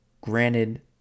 Granted